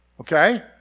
Okay